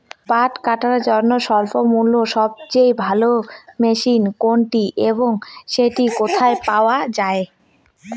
পাট কাটার জন্য স্বল্পমূল্যে সবচেয়ে ভালো মেশিন কোনটি এবং সেটি কোথায় পাওয়া য়ায়?